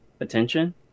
attention